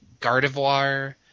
Gardevoir